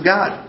God